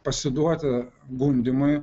pasiduoti gundymui